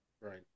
right